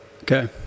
okay